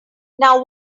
now